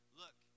look